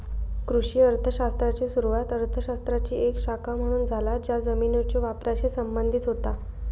कृषी अर्थ शास्त्राची सुरुवात अर्थ शास्त्राची एक शाखा म्हणून झाला ज्या जमिनीच्यो वापराशी संबंधित होता